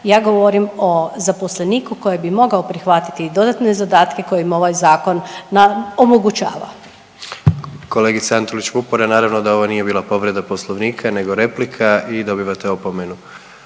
Ja govorim o zaposleniku koji bi mogao prihvatiti i dodatne zadatke koje mu ovoj zakon omogućava. **Jandroković, Gordan (HDZ)** Kolegice Antolić Vupora, naravno da ovo nije bila povreda Poslovnika nego replika i dobivate opomenu.